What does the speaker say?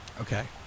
Okay